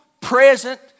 present